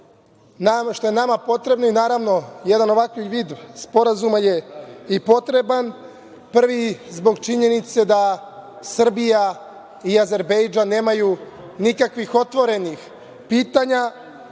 što je nama potrebno, naravno, ovakav vid sporazuma je i potreban, a prvi zbog činjenice da Srbija i Azerbejdžan nemaju nikakvih otvorenih pitanja,